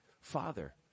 father